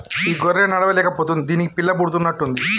ఈ గొర్రె నడవలేక పోతుంది దీనికి పిల్ల పుడుతున్నట్టు ఉంది